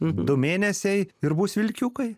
du mėnesiai ir bus vilkiukai